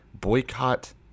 boycott